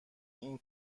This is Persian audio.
این